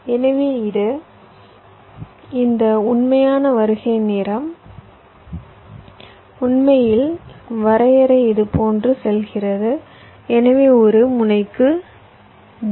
எனவே இது இந்த உண்மையான வருகை நேரம் உண்மையில் வரையறை இதுபோன்று செல்கிறது எனவே ஒரு முனைக்கு v